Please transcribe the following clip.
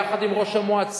יחד עם ראש המועצה,